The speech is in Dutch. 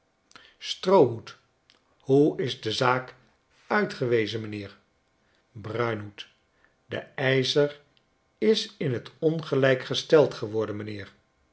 stroohoed hoe is de zaak uitgewezen m'nheer bruinhoed de eischer is in t ongelijk gesteld geworden m'nheer